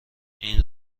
این